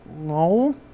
no